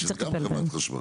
זה גם של חברת החשמל.